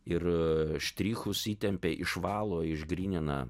ir štrichus įtempia išvalo išgrynina